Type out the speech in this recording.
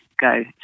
go